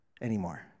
anymore